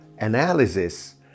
analysis